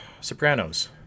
Sopranos